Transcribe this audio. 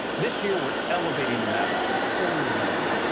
this year, we're elevating the mac to a whole new level.